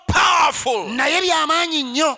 powerful